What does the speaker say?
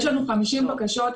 יש לנו 50 בקשות,